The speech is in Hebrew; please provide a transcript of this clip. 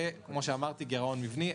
וכמו שאמרתי, גרעון מבני.